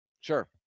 Sure